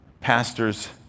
Pastors